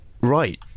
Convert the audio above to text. right